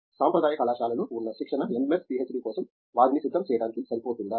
సాంప్రదాయ కళాశాలల్లో ఉన్న శిక్షణ ఎంఎస్ పిహెచ్డి కోసం వారిని సిద్ధం చేయడానికి సరిపోతుందా